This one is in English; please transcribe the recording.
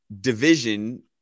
division